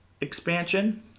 expansion